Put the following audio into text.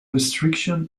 restriction